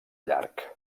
llarg